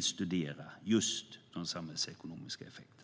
studerar just de samhällsekonomiska effekterna.